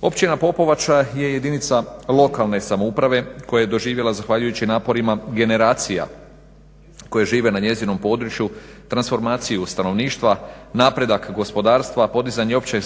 Općina Popovača je jedinica lokalne samouprave koja je doživjela zahvaljujući naporima generacija koje žive na njezinom području transformaciju stanovništva, napredak gospodarstva, podizanje općeg